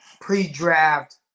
pre-draft